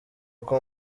uko